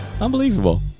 Unbelievable